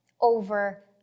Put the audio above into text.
over